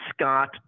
Scott